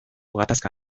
gatazka